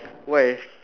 why